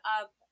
up